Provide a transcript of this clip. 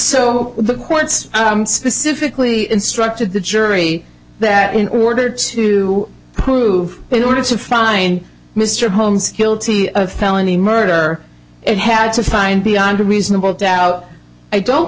so the courts specifically instructed the jury that in order to prove it or to find mr holmes guilty of felony murder it had to find beyond a reasonable doubt i don't